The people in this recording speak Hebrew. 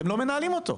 אתם לא מנהלים אותו,